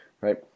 right